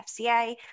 FCA